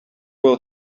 will